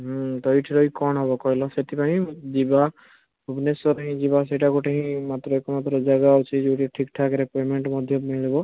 ହୁଁ ତ ଏଇଠି ରହିକି କଣ ହେବ କହିଲ ସେଇଥିପାଇଁ ଯିବା ଭୁବନେଶ୍ୱର ହିଁ ଯିବା ସେଇଟା ଗୋଟେ ହିଁ ମାତ୍ର ଏକମାତ୍ର ଜାଗା ଅଛି ଯଉଠି ଠିକ୍ ଠାକ୍ ରେ ପେମେଣ୍ଟ ମଧ୍ୟ ମିଳିବ